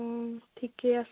অঁ ঠিকে আছে